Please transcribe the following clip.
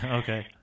okay